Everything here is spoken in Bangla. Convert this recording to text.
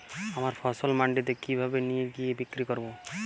আমার ফসল মান্ডিতে কিভাবে নিয়ে গিয়ে বিক্রি করব?